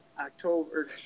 October